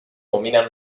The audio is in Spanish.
dominan